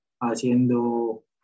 haciendo